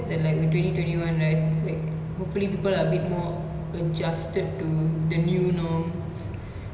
the new normal and on top of that I just hope that like I I think more than anything right this has been like